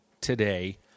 today